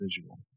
visual